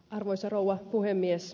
arvoisa rouva puhemies